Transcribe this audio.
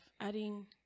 adding